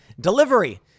delivery